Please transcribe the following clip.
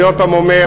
אני עוד הפעם אומר: